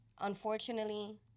Unfortunately